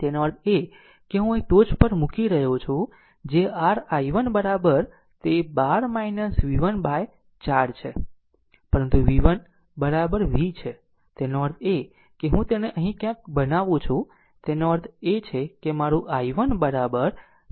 તેનો અર્થ એ કે હું અહીં ટોચ પર મૂકી રહ્યો છું જે r i1 તે 12 v1 by 4 છે પરંતુ v1 v1 v છે તેનો અર્થ એ કે હું તેને અહીં ક્યાંક બનાવું છું તેનો અર્થ છે મારું i1 12 v 4